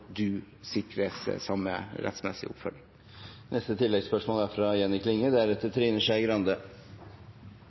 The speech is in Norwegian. du sikres samme rettsmessige oppfølging. Jenny Klinge